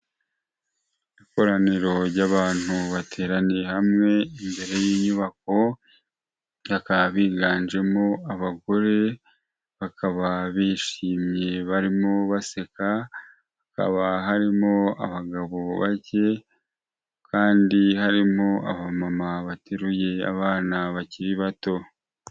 Ikoraniro ry'abantu bateraniye hamwe imbere y'inyubako, bakaba biganjemo abagore, bakaba bishimye barimo baseka, hakaba harimo abagabo bu bake kandi harimo abamama bateruye abana bakiri bato.